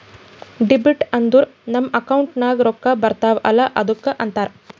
debit ಅಂದುರ್ ನಮ್ account ನಾಗ್ ರೊಕ್ಕಾ ಬರ್ತಾವ ಅಲ್ಲ ಅದ್ದುಕ ಅಂತಾರ್